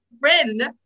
friend